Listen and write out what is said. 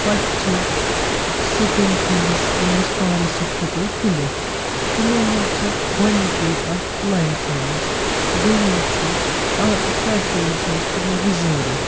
پتہٕ چھِ certain things یِم أسۍ پانَس سۭتۍ ہؠکَو تُلِتھ تِمَو منٛز چھِ گۄڈنِکُے اَکھ لایِسَنس دویِم چھُ پَیٹرول چھُ اَسہِ تُلُن رِزٲرو